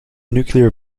nuclear